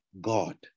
god